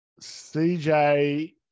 CJ